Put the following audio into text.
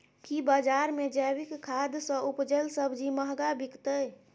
की बजार मे जैविक खाद सॅ उपजेल सब्जी महंगा बिकतै?